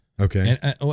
okay